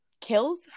kills